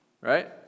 right